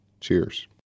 Cheers